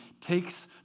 takes